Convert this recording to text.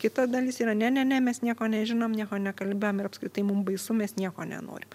kita dalis yra ne ne ne mes nieko nežinom nieko nekalbėjom ir apskritai mum baisu mes nieko nenorim